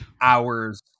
hours